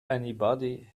anybody